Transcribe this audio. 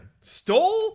Stole